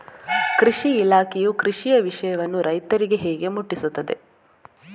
ಕೃಷಿ ಇಲಾಖೆಯು ಕೃಷಿಯ ವಿಷಯವನ್ನು ರೈತರಿಗೆ ಹೇಗೆ ಮುಟ್ಟಿಸ್ತದೆ?